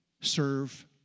serve